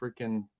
freaking